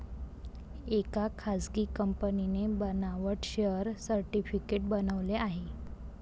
एका खासगी कंपनीने बनावट शेअर सर्टिफिकेट बनवले आहे